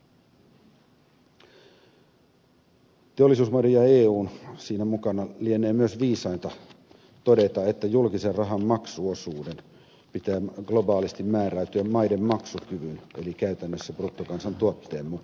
teollisuusmaiden ja eun siinä mukana lienee myös viisainta todeta että julkisen rahan maksuosuuden pitää globaalisti määräytyä maiden maksukyvyn eli käytännössä bruttokansantuotteen mukaan